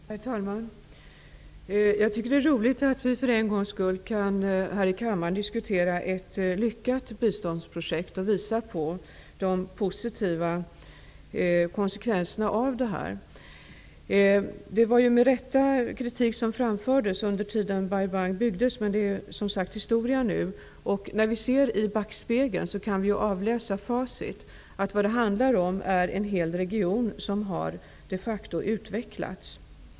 Herr talman! Jag tycker att det är roligt att vi för en gångs skull kan diskutera ett lyckat biståndsprojekt här i kammaren och visa på de positiva konsekvenserna. Det framfördes med rätta kritik under den tid Bai Bang byggdes, men det är som sagt historia nu. När vi ser i backspegeln kan vi avläsa facit och konstatera att en hel region de facto har utvecklats.